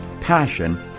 Passion